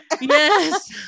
Yes